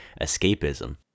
escapism